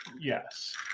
Yes